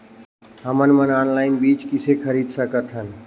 हमन मन ऑनलाइन बीज किसे खरीद सकथन?